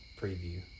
preview